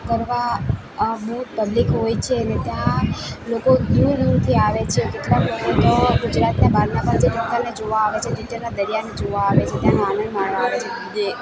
કરવા બહુ પબ્લિક હોય છે ને ત્યાં લોકો દૂર દૂરથી આવે છે કેટલા લોકો તો ગુજરાતનાં બહારના પણ જે લોકોને જોવા આવે છે તિથલના દરિયાને જોવા આવે છે ત્યાંનો આનંદ માણવા આવે છે જે